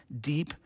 deep